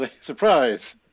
Surprise